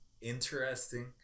interesting